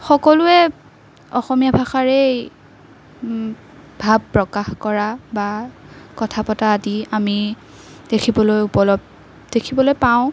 সকলোৱে অসমীয়া ভাষাৰেই ভাৱ প্ৰকাশ কৰা বা কথা পতা আদি আমি দেখিবলৈ উপ দেখিবলৈ পাওঁ